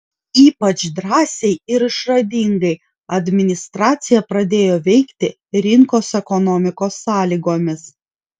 ypač drąsiai ir išradingai administracija pradėjo veikti rinkos ekonomikos sąlygomis